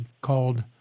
called